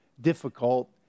difficult